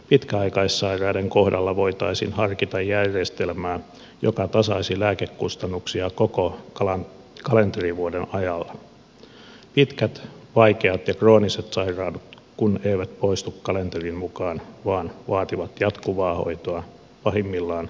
pitkäaikaissairaiden kohdalla voitaisiin harkita järjestelmää joka tasaisi lääkekustannuksia koko kalenterivuoden ajalla pitkät vaikeat ja krooniset sairaudet kun eivät poistu kalenterin mukaan vaan vaativat jatkuvaa hoitoa pahimmillaan koko lopun eliniän